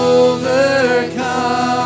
overcome